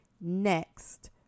next